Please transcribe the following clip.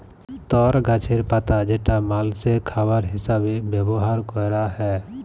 তর গাছের পাতা যেটা মালষের খাবার হিসেবে ব্যবহার ক্যরা হ্যয়